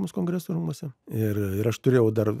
mūsų kongresų rūmuose ir ir aš turėjau dar